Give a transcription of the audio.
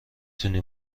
تونی